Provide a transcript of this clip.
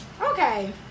Okay